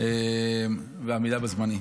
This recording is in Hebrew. והעמידה בזמנים.